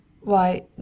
Why